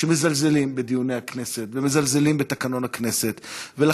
שמזלזלים בדיוני הכנסת ומזלזלים בתקנון הכנסת,